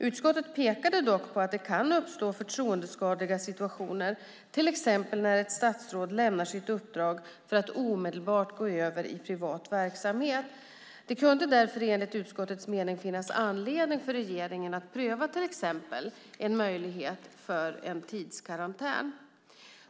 Utskottet pekade dock på att det kan uppstå förtroendeskadliga situationer, till exempel när ett statsråd lämnar sitt uppdrag för att omedelbart gå över till privat verksamhet. Det kunde därför enligt utskottets mening finnas anledning för regeringen att pröva till exempel en möjlighet till en tidskarantän.